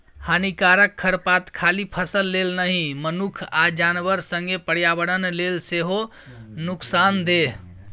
हानिकारक खरपात खाली फसल लेल नहि मनुख आ जानबर संगे पर्यावरण लेल सेहो नुकसानदेह